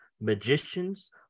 magicians